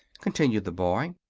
continued the boy.